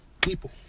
people